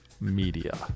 media